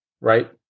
right